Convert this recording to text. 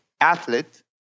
athlete